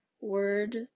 word